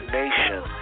nation